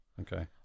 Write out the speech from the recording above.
okay